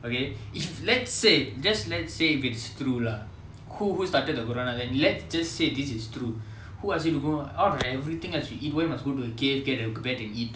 okay if let's say just let's say if it's true lah who who started the corona then let's just say this is true who ask you to go out of everything else you eat why must go to the cave get a bat and eat